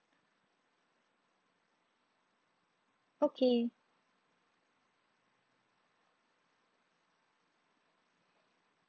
okay